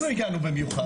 גם אנחנו הגענו במיוחד.